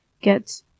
get